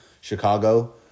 Chicago